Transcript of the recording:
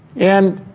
and,